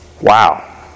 Wow